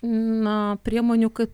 na priemonių kaip